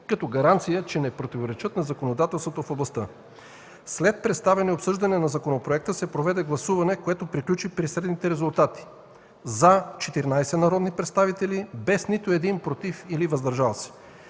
като гаранция че не противоречат на законодателството в областта. След представяне и обсъждане на законопроекта се проведе гласуване, което приключи при следните резултати: “за” – 14 народни представители, без нито един “против” или „въздържали се”.